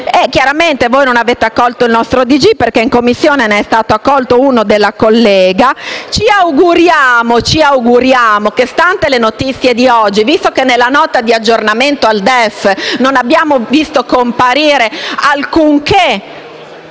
Chiaramente voi non avete accolto il nostro ordine del giorno, perché in Commissione ne è stato accolto uno di una collega. Considerate le notizie di oggi e visto che nella Nota di aggiornamento al DEF non abbiamo visto comparire alcunché